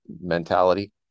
mentality